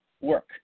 work